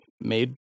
made